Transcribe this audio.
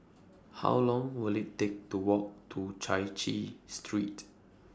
How Long Will IT Take to Walk to Chai Chee Street